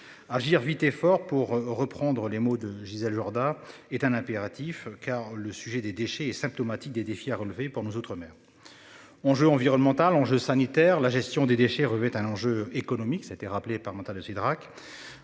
Agir vite et fort pour reprendre les mots de Gisèle Jourda est un impératif. Car le sujet des déchets est symptomatique des défis à relever pour nos outre-mer. Ont je environnementale enjeu sanitaire la gestion des déchets revêt un enjeu économique ça été rappelé par de Cidrac.